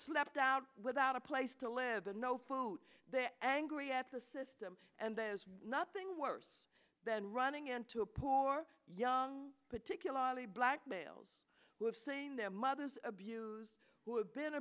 slept out without a place to live and no food they're angry at the system and there's nothing worse than running into a poor young particularly black males who have seen their mothers abuse who have been